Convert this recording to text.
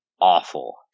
awful